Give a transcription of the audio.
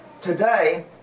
today